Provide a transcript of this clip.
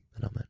amen